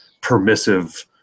permissive